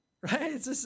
right